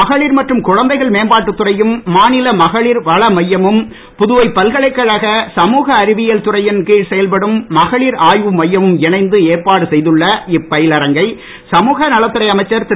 மகளிர் மற்றும் குழந்தைகள் மேம்பாட்டுத் துறையும் மாநில மகளிர் வள மையமும் புதுவை பல்கலைக் கழக சமூக அறிவியல் துறையின் கீழ் செயல்படும் மகளிர் ஆய்வு மையமும் இணைந்து ஏற்பாடு செய்துள்ள இப்பயிலரங்கை சமூகநலத் துறை அமைச்சர் திரு